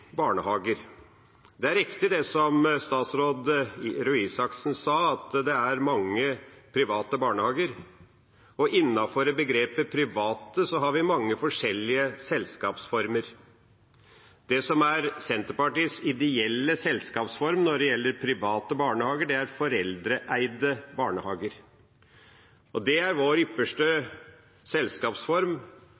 barnehager. Det er riktig det som statsråd Røe Isaksen sa, at det er mange private barnehager, og innenfor begrepet «private» har vi mange forskjellige selskapsformer. Det som er Senterpartiets ideelle selskapsform når det gjelder private barnehager, er foreldreeide barnehager. Det er vår ypperste